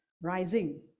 rising